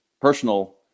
personal